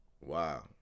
Wow